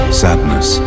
sadness